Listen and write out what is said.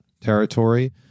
territory